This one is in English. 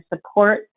support